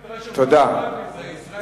בבית-המדרש של רחבעם זאבי זה ישראל ביתנו.